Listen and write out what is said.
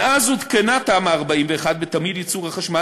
מאז עודכנו תמ"א 41 ותמהיל ייצור החשמל